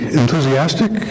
enthusiastic